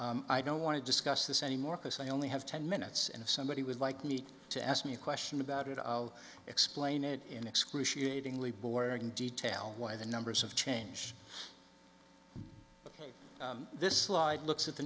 metering i don't want to discuss this any more because i only have ten minutes and if somebody was like need to ask me a question about it i'll explain it in excruciating li boring detail why the numbers of change this slide looks at the